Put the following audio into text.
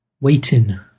waiting